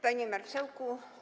Panie Marszałku!